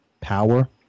power